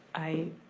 i